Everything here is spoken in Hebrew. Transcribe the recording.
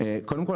קודם כל,